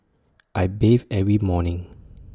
I bathe every morning